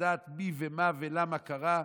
לדעת מי ומה ולמה קרה.